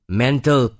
mental